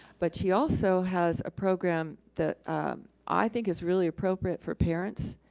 but she also has a program that i think is really appropriate for parents,